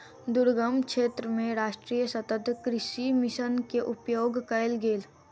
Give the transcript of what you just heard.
दुर्गम क्षेत्र मे राष्ट्रीय सतत कृषि मिशन के उपयोग कयल गेल